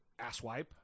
Asswipe